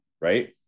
Right